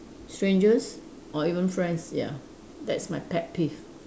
strangers or even friends ya that's my pet peeve